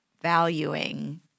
valuing